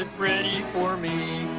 ah ready for me?